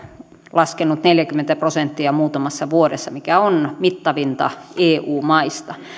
laskenut neljäkymmentä prosenttia muutamassa vuodessa mikä on mittavinta eu maista